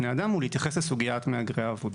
ובת אל, שהיא שנייה בחוליית סחר בבני אדם.